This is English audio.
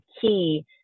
key